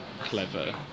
clever